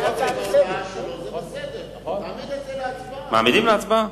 מעמידים להצבעה.